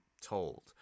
told